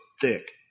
thick